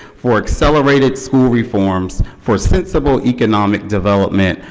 for accelerated school reforms, for sensible economic development,